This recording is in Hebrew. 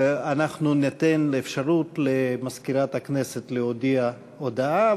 אנחנו ניתן אפשרות למזכירת הכנסת להודיע הודעה.